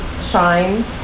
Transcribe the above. shine